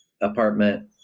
apartment